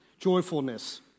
joyfulness